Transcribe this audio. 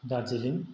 Darjeeling